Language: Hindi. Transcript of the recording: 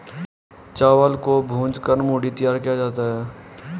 चावल को भूंज कर मूढ़ी तैयार किया जाता है